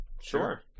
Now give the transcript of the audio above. Sure